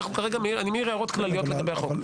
אני כרגע מעיר הערות כלליות לגבי החוק.